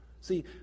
See